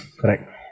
correct